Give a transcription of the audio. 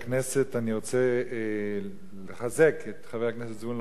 אני רוצה לחזק את חבר הכנסת זבולון אורלב על החוק הזה.